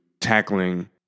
tackling